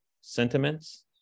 sentiments